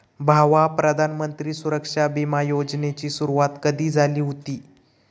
भावा, प्रधानमंत्री सुरक्षा बिमा योजनेची सुरुवात कधी झाली हुती